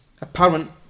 apparent